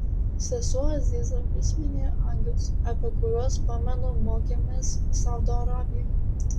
sesuo aziza vis minėjo angelus apie kuriuos pamenu mokėmės saudo arabijoje